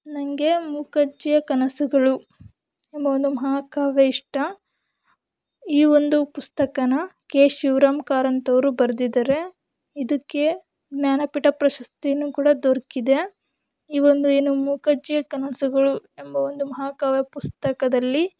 ನನಗೆ ಮೂಕಜ್ಜಿಯ ಕನಸುಗಳು ಎಂಬ ಒಂದು ಮಹಾಕಾವ್ಯ ಇಷ್ಟ ಈ ಒಂದು ಪುಸ್ತಕನ ಕೆ ಶಿವರಾಮ ಕಾರಂತವರು ಬರ್ದಿದ್ದಾರೆ ಇದಕ್ಕೆ ಜ್ಞಾನಪೀಠ ಪ್ರಶಸ್ತಿಯೂ ಕೂಡ ದೊರಕಿದೆ ಈ ಒಂದು ಏನು ಮೂಕಜ್ಜಿಯ ಕನಸುಗಳು ಎಂಬ ಒಂದು ಮಹಾಕಾವ್ಯ ಪುಸ್ತಕದಲ್ಲಿ